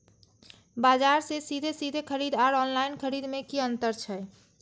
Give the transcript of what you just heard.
बजार से सीधे सीधे खरीद आर ऑनलाइन खरीद में की अंतर छै?